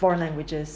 foreign languages